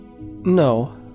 no